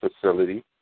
facility